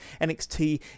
NXT